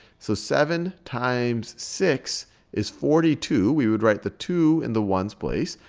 so seven times six is forty two. we would write the two in the ones place,